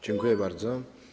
Dziękuję bardzo.